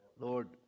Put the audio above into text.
Lord